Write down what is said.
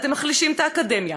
אתם מחלישים את האקדמיה,